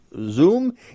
zoom